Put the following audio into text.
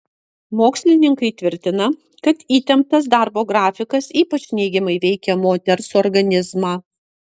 mokslininkai tvirtina kad įtemptas darbo grafikas ypač neigiamai veikia moters organizmą